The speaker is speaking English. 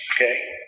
Okay